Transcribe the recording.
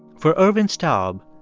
for ervin staub,